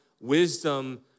wisdom